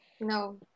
no